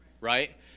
right